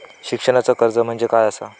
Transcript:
शिक्षणाचा कर्ज म्हणजे काय असा?